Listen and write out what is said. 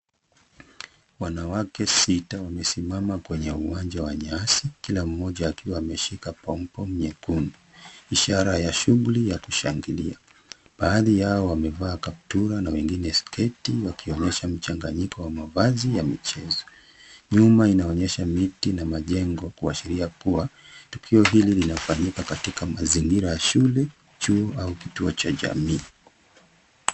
Wanawake sita wamesimama kwenye uwanja wa nyasi kila mmoja akiwa ameshika pom pom nyekundu ishara ya shughuli ya kushangilia. Baadhi yao wamevaa kaptura na wengine sketi wakionyesha mchanganyiko wa mavazi ya michezo. Nyuma inaonyesha miti na majengo kuashiria kuwa tukio hili linafanyika katika mazingira ya shule, chuo au kituo cha jamii.